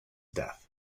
death